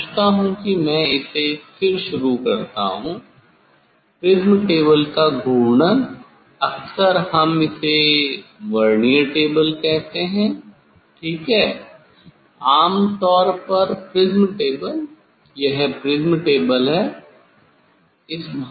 मैं सोचता हूं मैं इसे फिर शुरू करता हूं प्रिज़्म टेबल का घूर्णन अक्सर हम इसे वर्नियर टेबल कहते हैं ठीक है आमतौर पर प्रिज़्म टेबल यह प्रिज़्म टेबल है